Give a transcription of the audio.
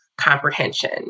comprehension